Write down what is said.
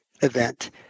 event